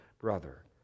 brother